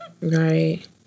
Right